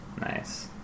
nice